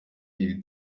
iri